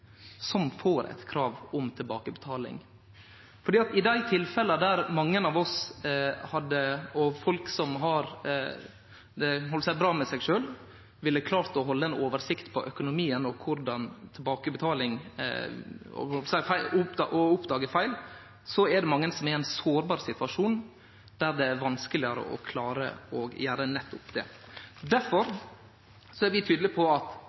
som får eit krav om tilbakebetaling. I dei tilfella der mange av oss, folk som har det bra med seg sjølve, ville ha klart å halde ei oversikt over økonomien og oppdage feil ved tilbakebetalinga, er det mange som er i ein sårbar situasjon der det er vanskelegare å klare å gjere nettopp det. Difor er vi tydelege på at